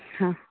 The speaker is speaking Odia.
ହଁ